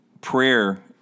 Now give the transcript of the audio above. prayer